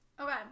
Okay